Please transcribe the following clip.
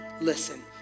listen